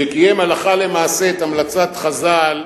שקיים הלכה למעשה את המלצת חז"ל: